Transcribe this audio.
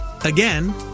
Again